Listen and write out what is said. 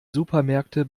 supermärkte